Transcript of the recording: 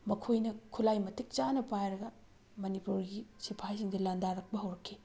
ꯃꯈꯣꯏꯅ ꯈꯨꯠꯂꯥꯏ ꯃꯇꯤꯛ ꯆꯥꯅ ꯄꯥꯏꯔꯒ ꯃꯅꯤꯄꯨꯔꯒꯤ ꯁꯤꯐꯥꯏꯁꯤꯡꯗ ꯂꯥꯟꯗꯥꯔꯛꯄ ꯍꯧꯔꯛꯈꯤ